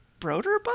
Broderbund